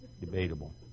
Debatable